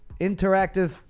Interactive